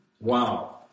Wow